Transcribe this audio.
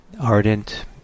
ardent